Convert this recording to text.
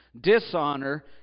dishonor